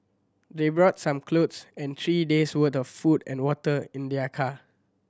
they brought some clothes and three days' worth of food and water in their car